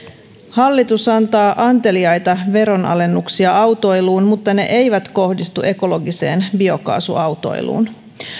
hallitus antaa anteliaita veronalennuksia autoiluun mutta ne eivät kohdistu ekologiseen biokaasuautoiluun